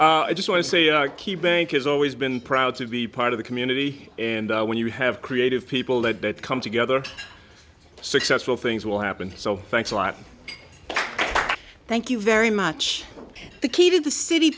much i just want to say our key bank has always been proud to be part of the community and when you have creative people that come together successful things will happen so thanks a lot thank you very much the key to the city